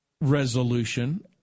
resolution